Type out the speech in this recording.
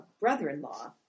brother-in-law